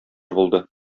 булды